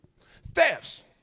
Thefts